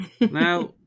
Now